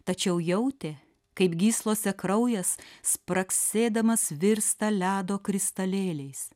tačiau jautė kaip gyslose kraujas spragsėdamas virsta ledo kristalėliais